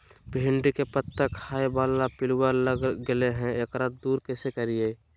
भिंडी के पत्ता खाए बाला पिलुवा लग गेलै हैं, एकरा दूर कैसे करियय?